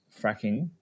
fracking